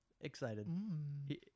Excited